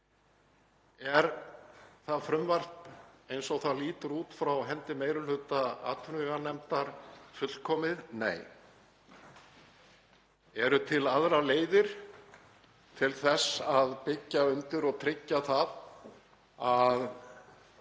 Er það frumvarp eins og það lítur út frá hendi meiri hluta atvinnuveganefndar fullkomið? Nei. Eru til aðrar leiðir til þess að byggja undir og tryggja það að